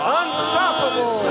unstoppable